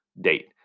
date